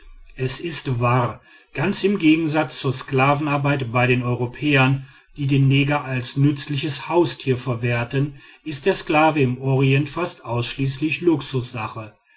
es ist wahr ganz im gegensatz zur sklavenarbeit bei den europäern die den neger als nützliches haustier verwerteten ist der sklave im orient fast ausschließlich luxussache